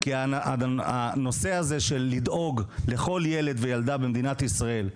כי לדאוג לכל ילד וילדה במדינת ישראל,